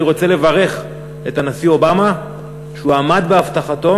אני רוצה לברך את הנשיא אובמה שעמד בהבטחתו.